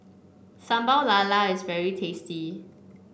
Sambal Lala is very tasty